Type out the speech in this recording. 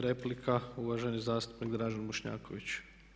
Replika uvaženi zastupnik Dražen Bošnjaković.